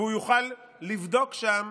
והוא יוכל לבדוק שם